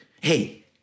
hey